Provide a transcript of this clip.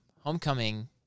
homecoming